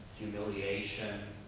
humiliation,